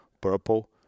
purple